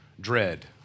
dread